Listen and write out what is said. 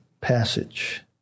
passage